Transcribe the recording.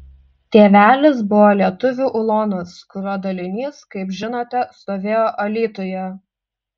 tėvelis buvo lietuvių ulonas kurio dalinys kaip žinote stovėjo alytuje